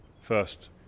First